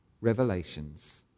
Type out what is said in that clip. revelations